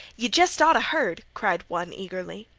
yeh jest oughta heard! cried one, eagerly.